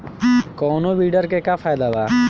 कौनो वीडर के का फायदा बा?